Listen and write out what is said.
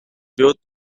built